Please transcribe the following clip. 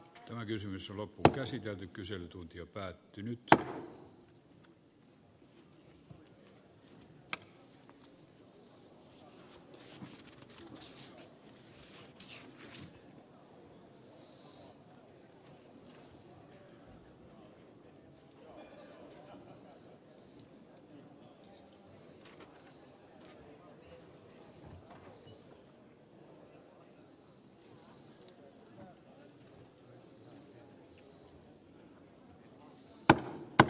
hyvä kysymys on käsitelty kyselytunti potilasturvallisuuden tae